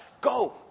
go